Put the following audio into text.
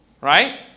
Right